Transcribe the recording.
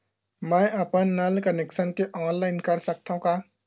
मैं अपन नल कनेक्शन के ऑनलाइन कर सकथव का?